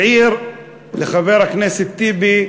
העיר לחבר הכנסת טיבי,